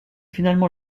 finalement